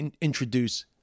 introduce